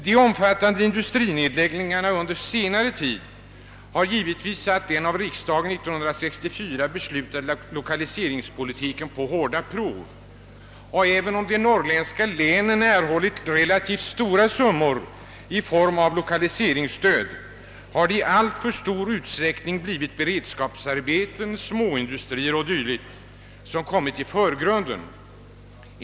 De omfattande industrinedläggningarna under senare tid har givetvis satt den av riksdagen 1964 beslutade lokaliseringspolitiken på hårda prov, och även om de norrländska länen erhållit relativt stora summor i form av lokaliseringsstöd har det i alltför stor utsträckning blivit beredskapsarbeten, småindustrier 0. d. som kommit i förgrunden.